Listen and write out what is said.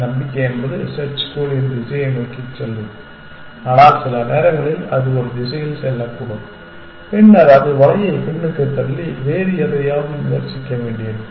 நம்பிக்கை என்பது செர்ச் கோலின் திசையை நோக்கி செல்லும் ஆனால் சில நேரங்களில் அது ஒரு திசையில் செல்லக்கூடும் பின்னர் அது வலையை பின்னுக்குத் தள்ளி வேறு எதையாவது முயற்சிக்க வேண்டியிருக்கும்